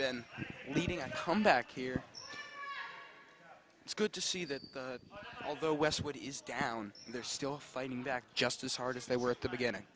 been leaning on come back here it's good to see that although westwood is down there still fighting just as hard as they were at the beginning